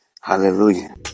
Hallelujah